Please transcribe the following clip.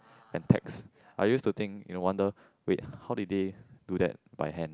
and text I used to think and wonder with how did they do that by hand